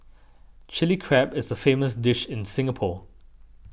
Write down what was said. Chilli Crab is a famous dish in Singapore